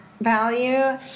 value